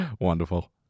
Wonderful